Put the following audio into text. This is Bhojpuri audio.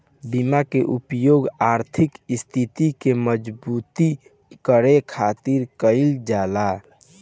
बीमा के प्रयोग आर्थिक स्थिति के मजबूती करे खातिर कईल जाला